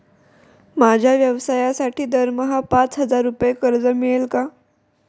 माझ्या व्यवसायासाठी दरमहा पाच हजार रुपये कर्ज मिळेल का?